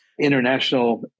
international